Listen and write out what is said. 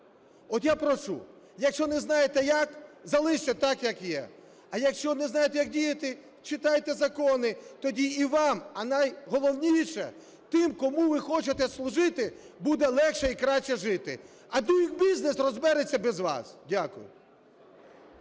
От я прошу, якщо не знаєте як, залиште так, як є. А якщо не знаєте, як діяти, читайте закони. Тоді і вам, а найголовніше тим, кому ви хочете служити, буде легше і краще жити. А Doing Business розбереться без вас. Дякую.